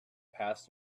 past